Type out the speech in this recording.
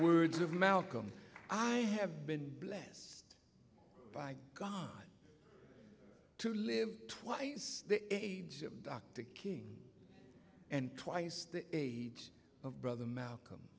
words of malcolm i have been blessed by god to live twice dr king and twice the age of brother malcolm